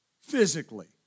physically